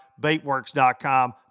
baitworks.com